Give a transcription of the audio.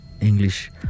English